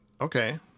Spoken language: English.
okay